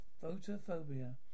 photophobia